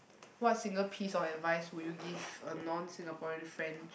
what single piece of advice would you give a non Singaporean friend